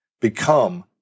become